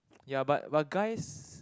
ya but but guys